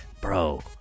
Bro